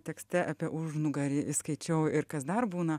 tekste apie užnugarį skaičiau ir kas dar būna